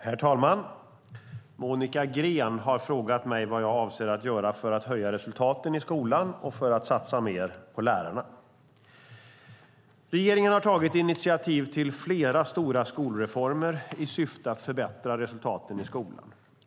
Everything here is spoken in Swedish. Herr talman! Monica Green har frågat mig vad jag avser att göra för att höja resultaten i skolan och för att satsa mer på lärarna. Regeringen har tagit initiativ till flera stora skolreformer i syfte att förbättra resultaten i skolan.